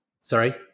Sorry